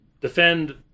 defend